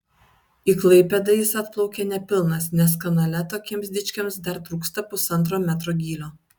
į klaipėdą jis atplaukė nepilnas nes kanale tokiems dičkiams dar trūksta pusantro metro gylio